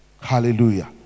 hallelujah